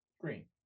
Green